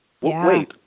wait